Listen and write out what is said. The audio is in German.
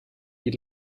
die